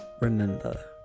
Remember